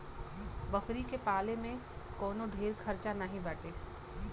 बकरी के पाले में कवनो ढेर खर्चा नाही बाटे